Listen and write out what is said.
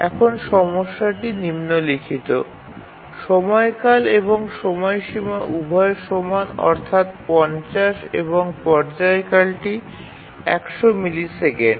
এখানে সময়কাল এবং চূড়ান্ত সময়সীমা উভয় সমান অর্থাৎ ৫০ এবং ফেজ ১০০ মিলিসেকেন্ড